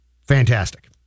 Fantastic